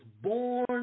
born